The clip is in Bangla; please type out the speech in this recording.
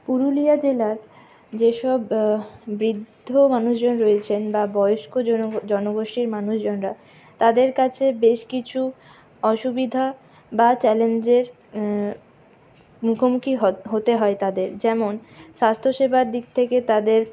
পুরুলিয়া জেলার যেসব বৃদ্ধ মানুষজন রয়েছেন বা বয়স্ক জন জনগোষ্ঠীর মানুষজনরা তাদের কাছে বেশ কিছু অসুবিধা বা চ্যালেঞ্জের মুখোমুখি হতে হয় তাদের যেমন স্বাস্থ্যসেবার দিক থেকে তাদের